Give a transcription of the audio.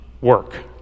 work